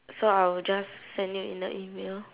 so I will just send you in the email